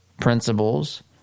principles